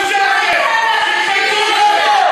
תתביישו לכם.